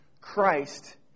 Christ